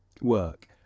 work